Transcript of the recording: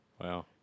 Wow